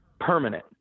permanent